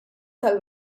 tal